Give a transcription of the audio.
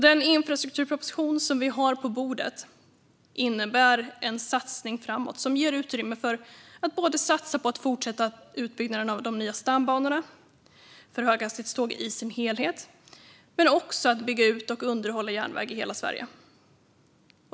Den infrastrukturproposition som vi har på bordet innebär en satsning framåt som ger utrymme för att både satsa på att fortsätta utbyggnaden av de nya stambanorna för höghastighetståg i sin helhet och bygga ut och underhålla järnväg i hela Sverige.